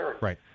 right